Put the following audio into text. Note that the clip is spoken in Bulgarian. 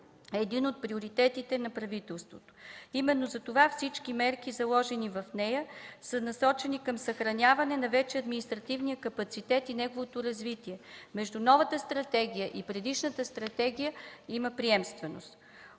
един от приоритетите на правителството. Именно затова всички мерки, заложени в нея, са насочени към съхраняване на вече административния капацитет и неговото развитие. Между новата и предишната стратегия има приемственост.